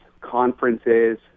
conferences